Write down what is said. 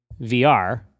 VR